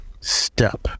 step